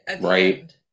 Right